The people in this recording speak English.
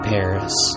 Paris